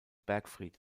bergfried